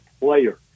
player